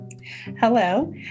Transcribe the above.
Hello